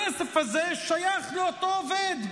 הכסף הזה שייך לאותו עובד,